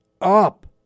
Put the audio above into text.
up